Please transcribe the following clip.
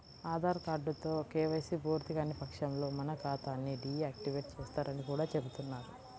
ఆధార్ కార్డుతో కేవైసీ పూర్తికాని పక్షంలో మన ఖాతా ని డీ యాక్టివేట్ చేస్తారని కూడా చెబుతున్నారు